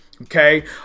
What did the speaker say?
Okay